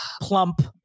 plump